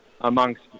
amongst